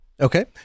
Okay